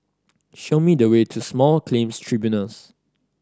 show me the way to Small Claims Tribunals